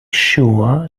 sure